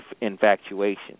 infatuation